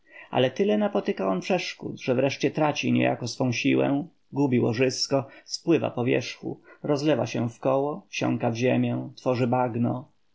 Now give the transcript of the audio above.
ale tyle spotyka on przeszkód że wreszcie traci niejako swą siłę gubi łożysko spływa po wierzchu rozlewa się wokoło wsiąka w ziemię tworzy bagno